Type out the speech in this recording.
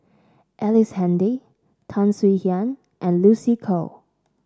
Ellice Handy Tan Swie Hian and Lucy Koh